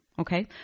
okay